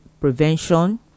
prevention